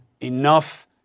enough